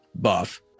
buff